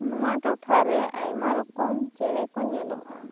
ᱱᱚᱣᱟ ᱴᱚᱴᱷᱟ ᱨᱮ ᱟᱭᱢᱟ ᱨᱚᱠᱚᱢ ᱪᱮᱬᱮ ᱠᱚ ᱧᱮᱞᱚᱜ ᱟ